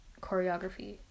choreography